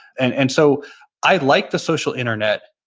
and and so i like the social internet.